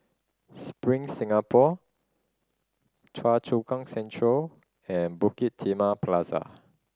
Spring Singapore Choa Chu Kang Central and Bukit Timah Plaza